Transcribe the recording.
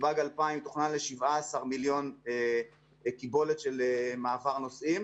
נתב"ג 2000 תוכננה ל-17 מיליון קיבולת של מעבר נוסעים.